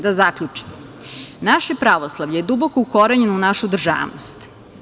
Da zaključim, naše pravoslavlje je duboko ukorenjeno u našu državnost.